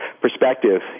perspective